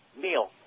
Neil